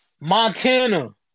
Montana